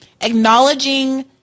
acknowledging